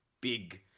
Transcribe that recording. big